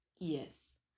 Yes